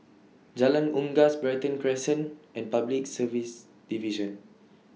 Jalan Unggas Brighton Crescent and Public Service Division